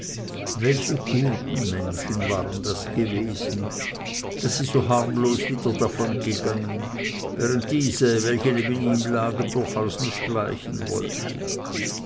welche gute menschen waren das gewesen daß sie so harmlos wieder davongegangen während diese welche neben ihm lagen durchaus nicht weichen wollten